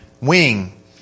wing